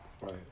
Right